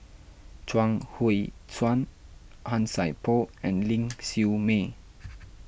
Chuang Hui Tsuan Han Sai Por and Ling Siew May